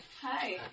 Hi